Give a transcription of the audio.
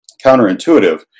counterintuitive